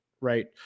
Right